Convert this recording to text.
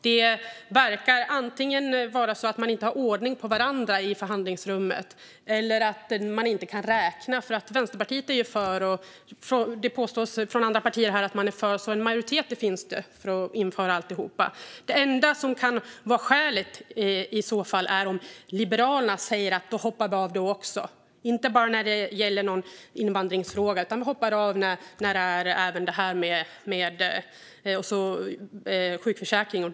Det verkar som att man antingen inte har ordning på varandra i förhandlingsrummet eller inte kan räkna. Vänsterpartiet är för, och andra partier påstår sig vara för - så en majoritet finns för att införa allt. Det enda skälet kan vara om Liberalerna säger att man hoppar av, inte bara i någon invandringsfråga utan även i frågor om sjukförsäkringen.